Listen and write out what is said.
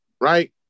right